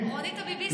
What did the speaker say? רונית הביביסטית.